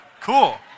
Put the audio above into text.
Cool